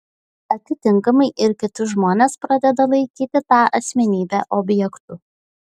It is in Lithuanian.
atitinkamai ir kiti žmonės pradeda laikyti tą asmenybę objektu